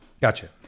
Gotcha